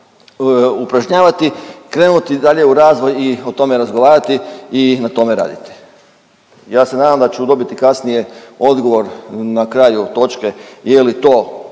upražnjavati, krenuti dalje u razvoj i o tome razgovarati i na tome raditi. Ja se nadam da ću dobiti kasnije odgovor na kraju točke je li to